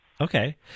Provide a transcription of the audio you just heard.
Okay